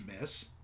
miss